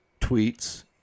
tweets